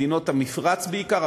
מדינות המפרץ בעיקר,